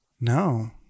no